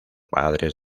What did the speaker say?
padres